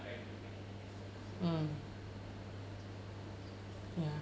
mm ya